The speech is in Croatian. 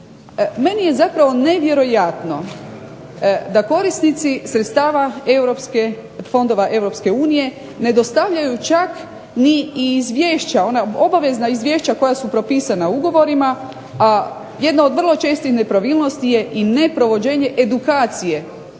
Meni je zapravo nevjerojatno da korisnici sredstava fondova EU ne dostavljaju čak ni izvješća ona obavezna izvješća koja su propisana ugovorima, a jedna od vrlo čestih nepravilnosti je i neprovođenje edukacije